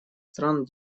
стран